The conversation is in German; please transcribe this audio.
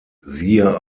siehe